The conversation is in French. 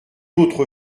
autre